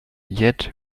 yet